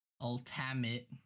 ultimate